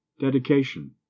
dedication